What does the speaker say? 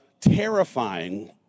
terrifying